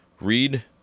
Read